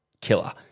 killer